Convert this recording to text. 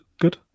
good